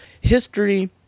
history